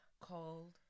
Called